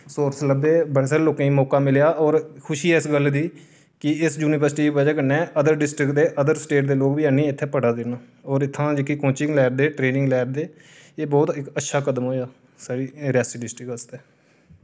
source लब्भे बड़े सारें लोकें मौका मिलेआ और खुशी ऐ इस गल्ल दी कि इस युनिवर्सिटी दी बजह् कन्नै अदर डिस्ट्रिक दे अदर स्टेट दे लोक बी आह्नियै इत्थै पढ़ै दे न और इत्थुआं दे जेह्के कोचिंग लैंदे ट्रेनिंग लैंदे एह् बहुत इक अच्छा कदम होएआ साढ़ी रेआसी डिस्ट्रिक आस्तै